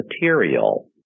material